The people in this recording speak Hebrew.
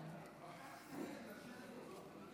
חמש דקות